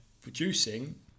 producing